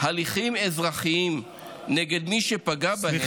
הליכים אזרחיים נגד מי שפגע בהם,